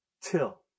till